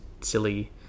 silly